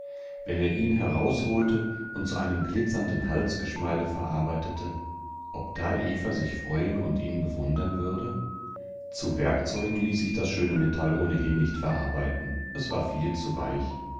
wenn er ihn herausholte und zu einem glitzernden halsgeschmeide verarbeitete ob da eva sich freuen und ihn bewundern würde zu werkzeugen ließ sich das schöne metall ohnehin nicht verarbeiten es war viel zu weich